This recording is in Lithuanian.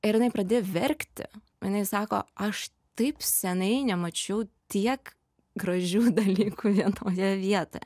ir jinai pradėjo verkti jinai sako aš taip seniai nemačiau tiek gražių dalykų vienoje vietoje